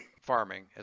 farming